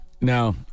Now